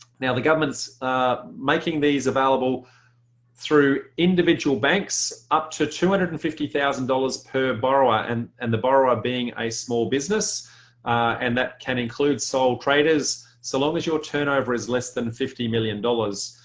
the the government's making these available through individual banks up to two hundred and fifty thousand dollars per borrower and and the borrower being a small business and that can include sole traders so long as your turnover is less than fifty million dollars.